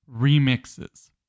remixes